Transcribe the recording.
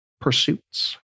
pursuits